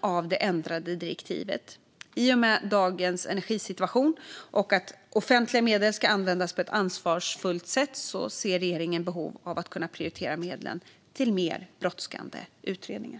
av det ändrade direktivet. I och med dagens energisituation och eftersom offentliga medel ska användas på ett ansvarsfullt sätt ser regeringen behov av att kunna prioritera medlen till mer brådskande utredningar.